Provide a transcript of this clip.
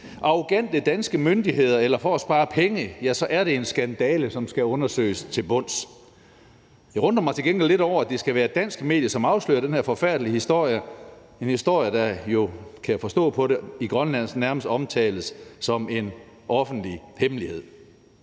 arrogante danske myndigheder, eller det har været for at spare penge, er det en skandale, som skal undersøges til bunds. Jeg undrer mig til gengæld lidt over, at det skal være et dansk medie, som afslører den her forfærdelige historie – en historie, der jo, kan jeg forstå på det, i Grønland nærmest omtales som en offentlig hemmelighed.